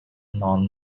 non